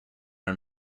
are